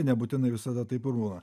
nebūtinai visada taip ir būna